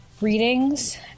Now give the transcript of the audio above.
readings